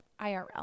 IRL